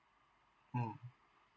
oh